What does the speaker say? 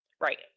Right